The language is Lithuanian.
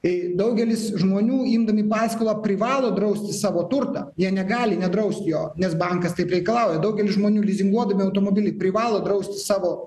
daugelis žmonių imdami paskolą privalo drausti savo turtą jie negali nedraust jo nes bankas taip reikalauja daugelis žmonių lizinguodami automobilį privalo drausti savo